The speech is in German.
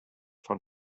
von